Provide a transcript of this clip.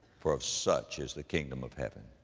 for of such is the kingdom of heaven.